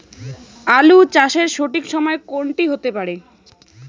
আলু চাষের সঠিক সময় কোন টি হতে পারে?